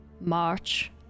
march